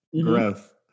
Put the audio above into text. Growth